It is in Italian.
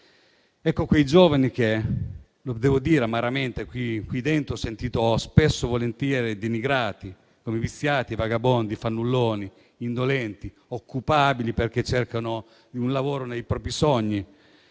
Quei giovani che - lo devo dire amaramente - qui dentro ho sentito spesso denigrare come viziati, vagabondi, fannulloni, indolenti, occupabili perché cercano un lavoro nei propri sogni,